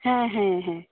হ্যাঁ হ্যাঁ হ্যাঁ